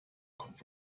kopf